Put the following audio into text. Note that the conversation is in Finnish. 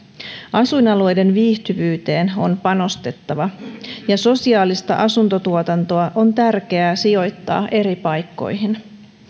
asuinalueiden viihtyvyyteen on panostettava ja sosiaalista asuntotuotantoa on tärkeää sijoittaa eri paikkoihin